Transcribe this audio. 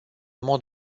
mod